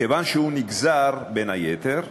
כיוון שהוא נגזר, בין היתר,